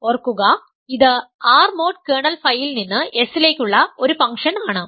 ഓർക്കുക ഇത് R mod kernel Φ ൽ നിന്ന് S ലേക്കുള്ള ഒരു ഫംഗ്ഷൻ ആണ്